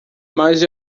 mas